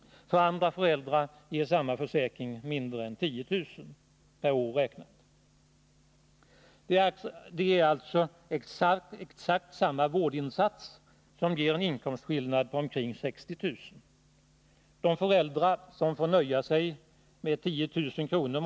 För andra föräldrar ger samma försäkring mindre än 10 000 kr. För exakt samma vårdinsats är det alltså en inkomstskillnad på omkring 60 000 kr. De föräldrar som får nöja sig med 10 000 kr.